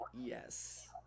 Yes